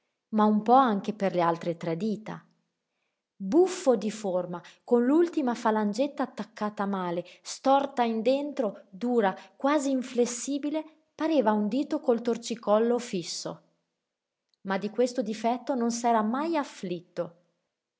ma un po anche per le altre tre dita buffo di forma con l'ultima falangetta attaccata male storta in dentro dura quasi inflessibile pareva un dito col torcicollo fisso ma di questo difetto non s'era mai afflitto